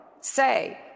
say